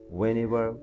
whenever